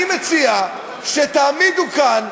אני מציע שתעמידו כאן,